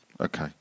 Okay